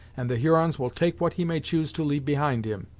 and the hurons will take what he may choose to leave behind him.